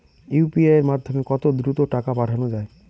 UPI এর মাধ্যমে কত দ্রুত টাকা পাঠানো যায়?